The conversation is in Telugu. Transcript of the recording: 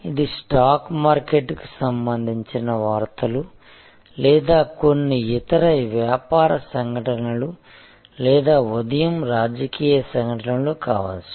ఇది స్టాక్ మార్కెట్కు సంబంధించిన వార్తలు లేదా కొన్ని ఇతర వ్యాపార సంఘటనలు లేదా ఉదయం రాజకీయ సంఘటనలు కావచ్చు